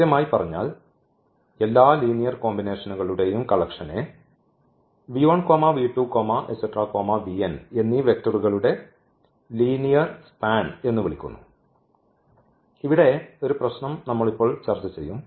കൃത്യമായി പറഞ്ഞാൽ എല്ലാ ലീനിയർ കോമ്പിനേഷനുകളുടെയും കളക്ഷനെ എന്നീ വെക്ടറുകളുടെ ലീനിയർ സ്പാൻ എന്ന് വിളിക്കുന്നു ഇവിടെ ഒരു പ്രശ്നം നമ്മൾ ഇപ്പോൾ ചർച്ചചെയ്യും